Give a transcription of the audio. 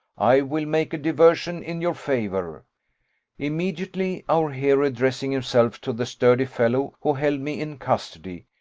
i will make a diversion in your favour immediately our hero, addressing himself to the sturdy fellow who held me in custody,